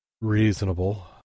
reasonable